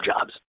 jobs